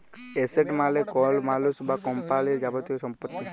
asset মালে কল মালুস বা কম্পালির যাবতীয় ছম্পত্তি